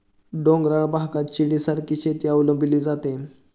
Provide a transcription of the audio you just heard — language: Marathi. डोंगराळ भागात शिडीसारखी शेती अवलंबली जाते